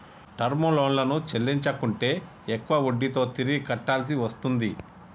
term లోన్లను చెల్లించకుంటే ఎక్కువ వడ్డీతో తిరిగి కట్టాల్సి వస్తుంది